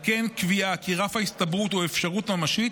על כן, קביעה כי רף ההסתברות הוא אפשרות ממשית,